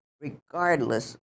regardless